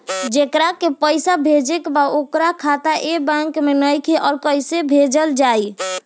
जेकरा के पैसा भेजे के बा ओकर खाता ए बैंक मे नईखे और कैसे पैसा भेजल जायी?